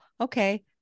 Okay